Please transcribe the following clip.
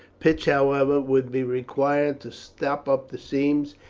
pitch, however, would be required to stop up the seams,